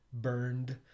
burned –